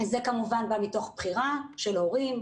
זה כמובן בא מתוך בחירה של ההורים,